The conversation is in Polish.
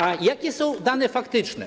A jakie są dane faktyczne?